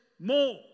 more